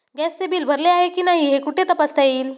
गॅसचे बिल भरले आहे की नाही हे कुठे तपासता येईल?